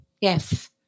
Yes